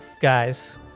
guys